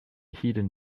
hidden